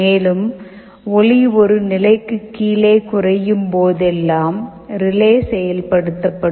மேலும் ஒளி ஒரு நிலைக்கு கீழே குறையும் போதெல்லாம் ரிலே செயல்படுத்தப்படும்